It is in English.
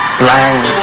blind